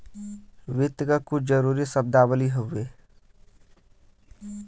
वित्त क कुछ जरूरी शब्दावली हउवे